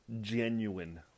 genuine